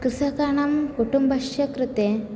कृषकाणां कुटुम्बस्य कृते